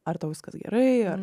ar tau viskas gerai ar